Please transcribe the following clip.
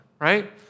right